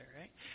right